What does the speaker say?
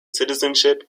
citizenship